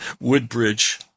Woodbridge